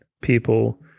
people